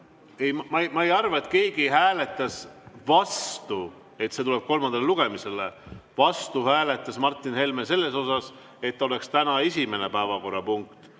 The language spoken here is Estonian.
ma ei arva, et keegi hääletas vastu, et see tuleb kolmandale lugemisele. Vastu hääletas Martin Helme sellele, et see oleks täna esimene päevakorrapunkt.